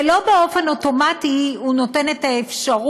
ולא נתן אוטומטית את האפשרות